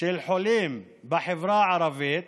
של חולים בחברה הערבית,